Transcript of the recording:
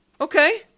okay